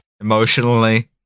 Emotionally